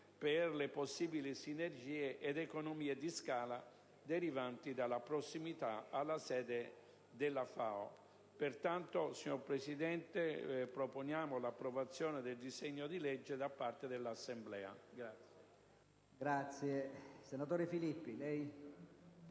per le possibili sinergie ed economie di scala derivanti dalla prossimità alla sede della FAO. Pertanto, signor Presidente, proponiamo l'approvazione del disegno di legge da parte dell'Assemblea. Chiedo